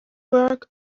work